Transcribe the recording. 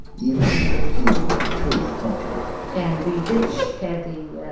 even the few who were truly comfortable. and the rich had the yeah